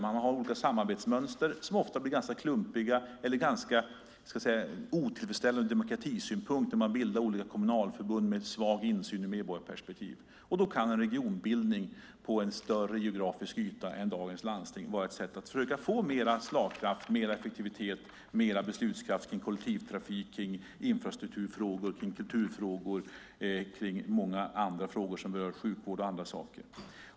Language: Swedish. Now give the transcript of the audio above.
Det finns olika samarbetsmönster, som ofta blir klumpiga eller otillfredsställande ur demokratisynpunkt med olika kommunalförbund med svag insyn ur medborgarperspektiv. Då kan regionbildning på en större geografisk yta än dagens landsting vara ett sätt att försöka få mer slagkraft, mer effektivitet och mer beslutskraft för kollektivtrafik, infrastrukturfrågor, kulturfrågor och många andra frågor som berör till exempel sjukvård.